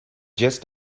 just